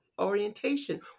orientation